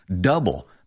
Double